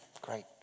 Great